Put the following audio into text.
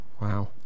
wow